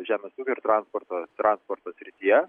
žemės ūkio ir transporto transporto srityje